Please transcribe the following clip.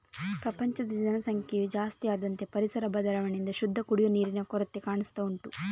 ಪ್ರಪಂಚದ ಜನಸಂಖ್ಯೆಯು ಜಾಸ್ತಿ ಆದಂತೆ ಪರಿಸರ ಬದಲಾವಣೆಯಿಂದ ಶುದ್ಧ ಕುಡಿಯುವ ನೀರಿನ ಕೊರತೆ ಕಾಣಿಸ್ತಾ ಉಂಟು